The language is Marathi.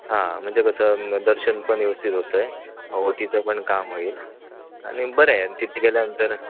हां म्हणजे कसं दर्शन पण व्यवस्थित होत आहे ओटीचं पण काम होईल आणि बरं आहे आणि तिथे गेल्यानंतर